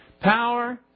Power